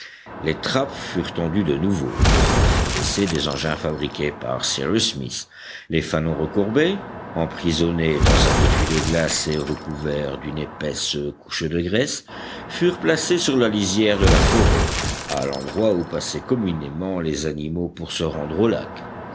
les trappes furent tendues de nouveau et l'on fit l'essai des engins fabriqués par cyrus smith les fanons recourbés emprisonnés dans un étui de glace et recouverts d'une épaisse couche de graisse furent placés sur la lisière de la forêt à l'endroit où passaient communément les animaux pour se rendre au lac